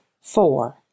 four